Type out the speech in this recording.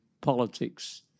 politics